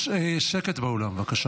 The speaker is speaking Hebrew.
שקט באולם, בבקשה.